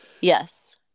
yes